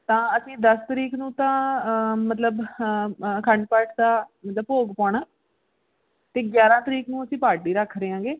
ਤਾਂ ਅਸੀਂ ਦਸ ਤਰੀਕ ਨੂੰ ਤਾਂ ਮਤਲਬ ਅਖੰਡ ਪਾਠ ਦਾ ਦਾ ਭੋਗ ਪਾਉਣਾ ਅਤੇ ਗਿਆਰਾਂ ਤਰੀਕ ਨੂੰ ਅਸੀਂ ਪਾਰਟੀ ਰੱਖ ਰਹੇ ਹੈਂਗੇ